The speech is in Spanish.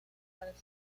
parece